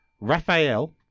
Raphael